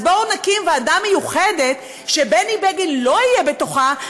אז בואו נקים ועדה מיוחדת שבני בגין לא יהיה בתוכה,